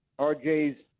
RJ's